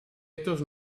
estos